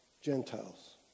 Gentiles